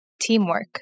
teamwork